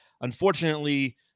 unfortunately